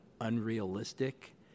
unrealistic